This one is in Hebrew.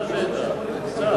הוקצה שטח.